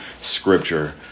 scripture